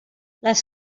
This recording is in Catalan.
les